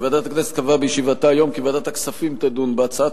ועדת הכנסת קבעה בישיבתה היום כי ועדת הכספים תדון בהצעת